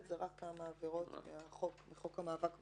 זה רק כמה עבירות מחוק המאבק בטרור.